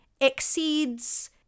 exceeds